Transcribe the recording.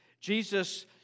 Jesus